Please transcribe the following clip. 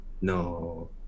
No